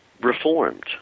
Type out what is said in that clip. reformed